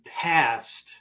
past